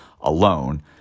alone